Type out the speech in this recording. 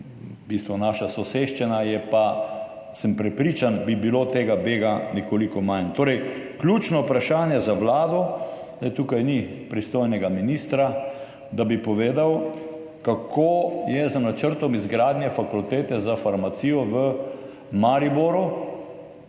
naša soseščina, sem prepričan, da bi bilo tega bega nekoliko manj. Torej ključno vprašanje za vlado, tukaj ni pristojnega ministra, da bi povedal, kako je z načrtom izgradnje fakultete za farmacijo v Mariboru.